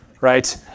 right